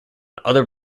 other